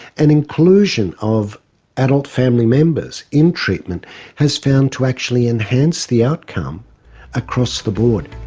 and inclusion of adult family members in treatment has found to actually enhance the outcome across the board.